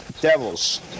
Devils